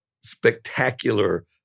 spectacular